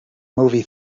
movie